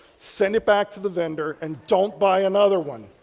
send it back to the vendor and don't buy another one.